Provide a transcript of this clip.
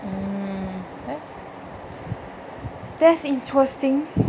mm that's that's interesting